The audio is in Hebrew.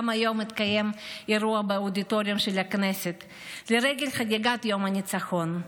גם היום התקיים אירוע באודיטוריום של הכנסת לרגל חגיגת יום הניצחון.